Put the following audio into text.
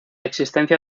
existencia